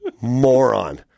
Moron